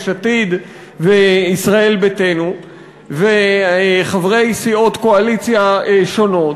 עתיד וישראל ביתנו וחברי סיעות קואליציה שונות.